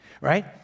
right